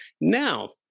now